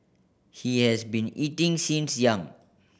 he has been eating since young